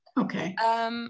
Okay